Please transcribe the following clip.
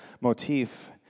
motif